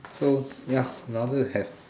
so ya in order to have